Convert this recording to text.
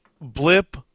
blip